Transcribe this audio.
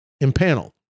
impaneled